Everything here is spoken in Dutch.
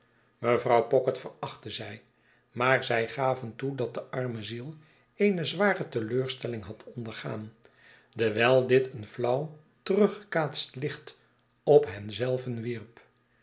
mevrouw pocket verachtten zij maar zij gaven toe dat de arme ziel eene zware teleurstelling had ondergaan dewijl dit een flauw teruggekaatst licht op hen zelven wierp